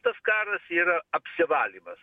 tas karas yra apsivalymas